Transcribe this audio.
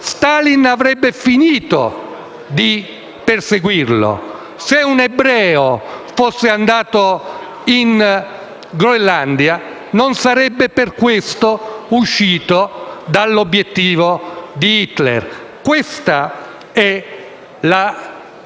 Stalin avrebbe smesso di perseguitarlo; se invece un ebreo fosse andato in Groenlandia, non sarebbe per questo uscito dall'obiettivo di Hitler. Questa è la